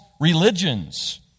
religions